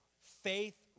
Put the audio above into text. Faith